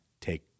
take